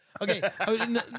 Okay